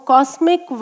Cosmic